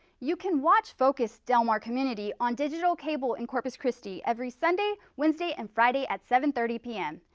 you can watch focus del mar community on digital cable in corpus christi every sunday, wednesday and friday at seven thirty pm.